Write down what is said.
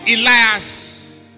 Elias